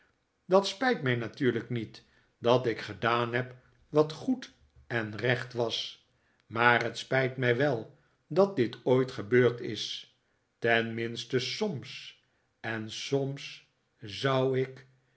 dat spijt mij natuurlijk niet dat ik gedaan heb wat goed en recht was maar het spijt mij wel dat dit ooit gebeurd is tenminste soms en soms zou ik